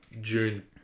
june